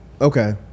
Okay